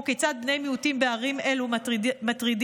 כיצד בני מיעוטים בערים אלו מטרידים,